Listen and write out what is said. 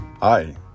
Hi